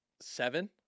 seven